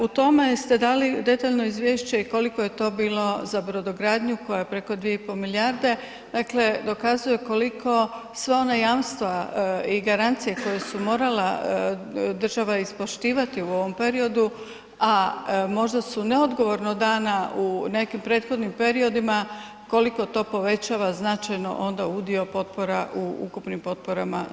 U tome ste dali detaljno izvješće koliko je to bilo za brodogradnju koja je preko 2,5 milijarde, dakle dokazuje koliko sva ona jamstva i garancije koja su morala država ispoštivati u ovom periodu, a možda su neodgovorno dana u nekim prethodnim periodima koliko to povećava značajno onda udio potpora u ukupnim potporama države.